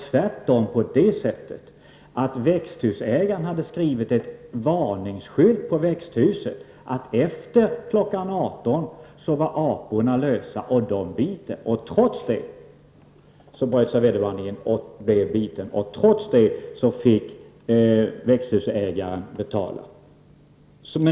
Tvärtom hade växthusägaren satt upp en varningsskylt på växthuset om att aporna efter kl. 18.00 är lösa och bits. Trots det bröt sig vederbörande in och blev biten och trots det fick växthusägaren betala.